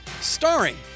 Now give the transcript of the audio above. starring